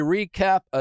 Recap